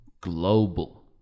global